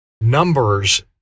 numbers